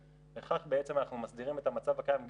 וכך בעצם אנחנו מסדירים את המצב הקיים,